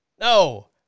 No